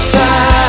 time